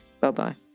Bye-bye